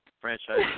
franchise